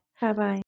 Bye-bye